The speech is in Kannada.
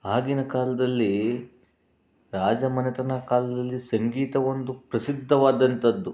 ಆಗಿನ ಕಾಲದಲ್ಲಿ ರಾಜಮನೆತನ ಕಾಲದಲ್ಲಿ ಸಂಗೀತ ಒಂದು ಪ್ರಸಿದ್ಧವಾದಂಥದ್ದು